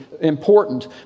important